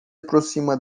aproxima